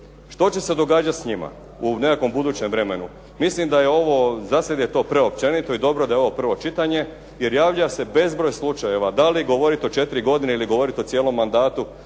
Što će se događati s njima u nekakvom budućem vremenu. Mislim da je ovo, za sad je to preopćenito i dobro je da je ovo prvo čitanje jer javlja se bezbroj slučajeva da li govoriti o četiri godine ili govoriti o cijelom mandatu.